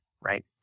right